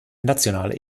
nationaler